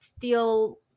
feel